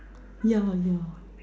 ya ya